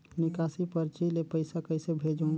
निकासी परची ले पईसा कइसे भेजों?